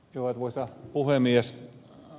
arvoisa puhemies